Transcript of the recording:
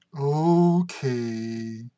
okay